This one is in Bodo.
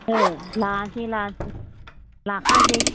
औ लानोसै लानोसै लाखानसै